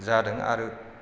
जादों आरो